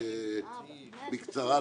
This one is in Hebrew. בקצרה,